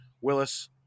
Willis